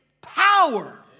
power